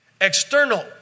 external